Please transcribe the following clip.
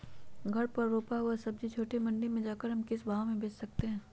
घर पर रूपा हुआ सब्जी छोटे मंडी में जाकर हम किस भाव में भेज सकते हैं?